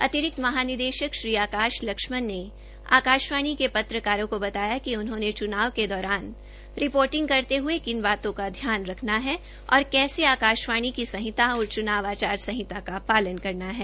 अतिरिक्त महानिदेशक श्री आकाश लक्ष्मण ने आकाश्वाणी के पत्रकारों को बताया कि उन्होंने च्नाव के दौरान रिर्पोटिंग करते हथे किन बातों का ध्यान रखना है और कैसे आकाशवाणी की संहिता और चुनाव आचार संहिता का पालन करना है